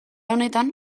honetan